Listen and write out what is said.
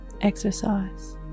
exercise